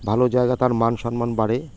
ভালো জায়গায় তার মান সম্মান বাড়ে